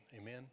Amen